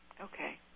Okay